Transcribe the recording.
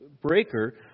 breaker